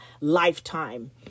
lifetime